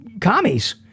commies